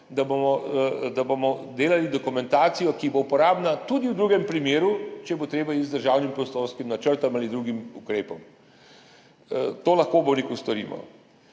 da bomo delali dokumentacijo, ki bo uporabna tudi v drugem primeru, če bo treba iti z državnim prostorskim načrtom ali drugim ukrepom. To lahko storimo.